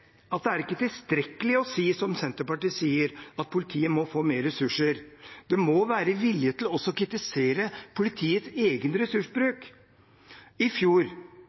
at det ikke er tilstrekkelig å si, som Senterpartiet gjør, at politiet må få flere ressurser. Det må være vilje til også å kritisere politiets egen ressursbruk. På denne tiden i fjor